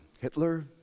hitler